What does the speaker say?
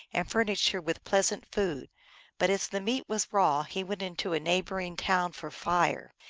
and furnished her with pleasant food but as the meat was raw he went into a neighboring town for fire.